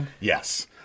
Yes